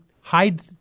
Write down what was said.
hide